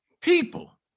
people